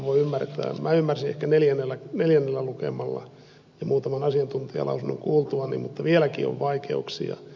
minä ymmärsin ehkä neljännellä lukemalla ja muutaman asiantuntijalausunnon kuultuani mutta vieläkin on vaikeuksia